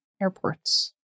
airports